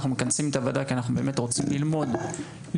אנחנו מכנסים את הוועדה כי אנחנו באמת רוצים ללמוד ולשמוע